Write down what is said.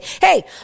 Hey